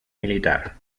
militar